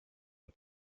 est